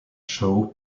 show